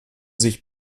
sich